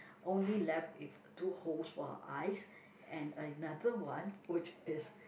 only left with two holes for eyes and another one which is